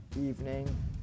evening